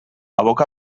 aboca